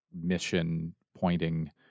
mission-pointing